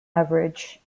average